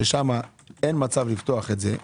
ששם אין מצב לפתוח את זה,